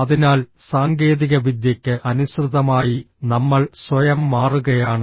അതിനാൽ സാങ്കേതികവിദ്യയ്ക്ക് അനുസൃതമായി നമ്മൾ സ്വയം മാറുകയാണ്